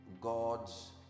God's